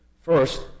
First